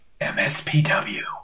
MSPW